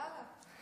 יאללה.